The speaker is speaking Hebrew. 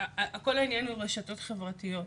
כול העניין הוא הרשתות החברתיות,